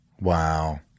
Wow